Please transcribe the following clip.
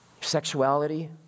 sexuality